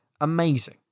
amazing